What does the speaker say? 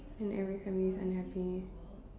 and every family is unhappy